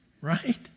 right